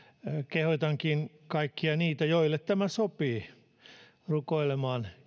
kehotankin kaikkia niitä joille tämä sopii rukoilemaan